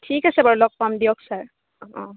ঠিক আছে বাৰু লগ পাম দিয়ক ছাৰ অঁ অঁ